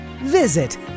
Visit